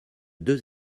deux